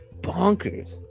bonkers